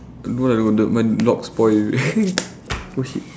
don't know lah my lock spoil oh shit